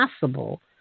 possible